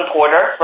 Porter